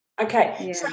Okay